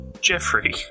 Jeffrey